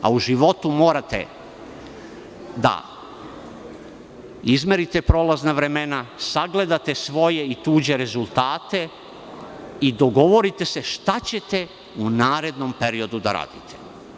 U životu morate da izmerite prolazna vremena, sagledate svoje i tuđe rezultate i dogovorite se šta ćete u narednom periodu da radite.